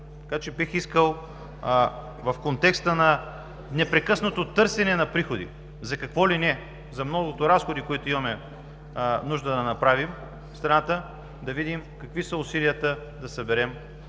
Така че бих искал в контекста на непрекъснато търсене на приходи за какво ли не, за многото разходи, които имаме нужда да направим в страната, да видим какви са усилията да съберем